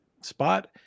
spot